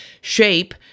shape